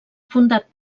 fundat